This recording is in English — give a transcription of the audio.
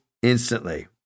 Instantly